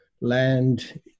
Land